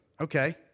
Okay